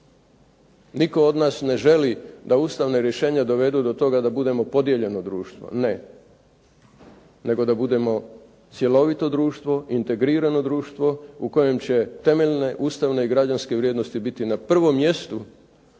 Nitko od nas ne želi da ustavna rješenja dovedu do toga da budemo podijeljeno društvo. Ne, nego da budemo cjelovito društvo, integrirano društvo u kojem će temeljne, ustavne, građanske vrijednosti biti na prvom mjestu,